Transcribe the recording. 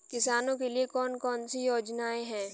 किसानों के लिए कौन कौन सी योजनाएं हैं?